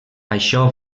això